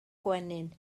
gwenyn